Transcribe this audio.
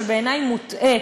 שבעיני הוא מוטעה,